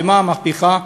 ומה המהפכה?